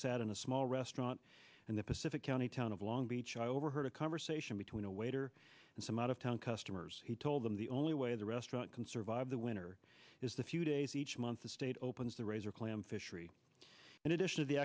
sat in a small restaurant in the pacific county town of long beach i overheard a conversation between a waiter and some out of town customers he told them the only way the restaurant can survive the winter is the few days each month the state opens the razor clam fishery in addition to the